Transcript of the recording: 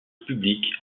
publique